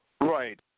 Right